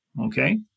okay